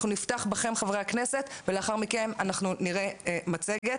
אנחנו נפתח בכם חברי הכנסת ולאחר מכן אנחנו נראה מצגת.